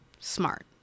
Smart